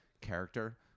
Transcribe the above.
character